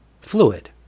fluid